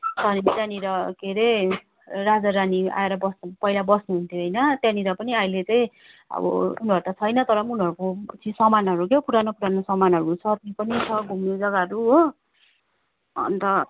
छ अरे त्यहाँनिर के अरे राजा रानी आएर बस्ने पहिला बस्नुहुन्थ्यो होइन त्यहाँनिर पनि अहिले चाहिँ अब उनीहरू त छैन तर पनि उनीहरूको चि सामानहरू क्या हो पुरानो पुरानो सामानहरू छ त्यो पनि छ घुम्ने जग्गाहरू हो अन्त